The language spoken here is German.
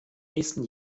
nächsten